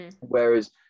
Whereas